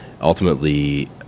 ultimately